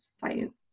science